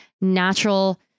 natural